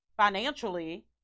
financially